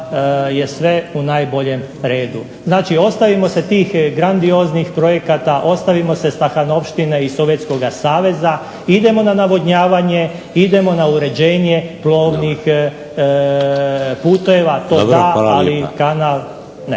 Dobro, hvala lijepa.